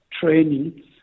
training